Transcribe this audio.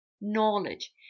knowledge